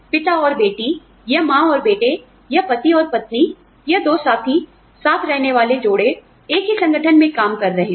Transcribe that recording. पिता और बेटी या माँ और बेटे या पति और पत्नी या दो साथी साथ रहने वाले जोड़े एक ही संगठन में काम कर रहे हैं